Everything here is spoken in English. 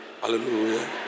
Hallelujah